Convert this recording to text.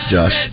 Josh